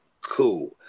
cool